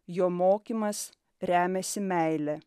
jo mokymas remiasi meile